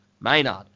Maynard